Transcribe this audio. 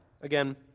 again